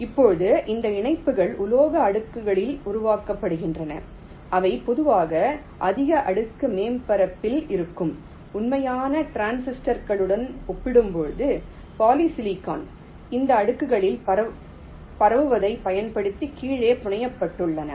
இப்போது இந்த இணைப்புகள் உலோக அடுக்குகளில் உருவாக்கப்படுகின்றன அவை பொதுவாக அதிக அடுக்கு மேற்பரப்பில் இருக்கும் உண்மையான டிரான்சிஸ்டர்களுடன் ஒப்பிடும்போது பாலிசிலிகான் இந்த அடுக்குகளில் பரவுவதைப் பயன்படுத்தி கீழே புனையப்பட்டுள்ளன